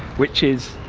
which is.